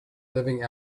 living